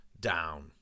down